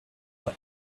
but